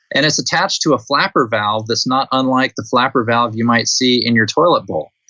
and it's attached to a flapper valve that's not unlike the flapper valve you might see in your toilet bowl.